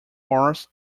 bars